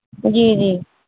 جی جی